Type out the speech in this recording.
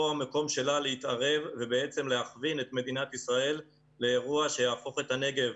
המקום שלה להתערב ולהכווין את מדינת ישראל לאירוע שיהפוך את הנגב